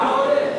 נתקבלה.